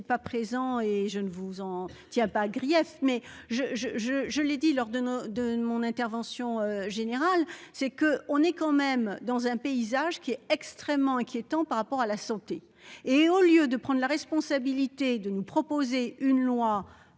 pas présent et je ne vous en tient pas grief mais je je je je l'ai dit lors de de de mon intervention générale c'est que on est quand même dans un paysage qui est extrêmement inquiétant par rapport à la santé et au lieu de prendre la responsabilité de nous proposer une loi